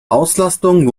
auslastung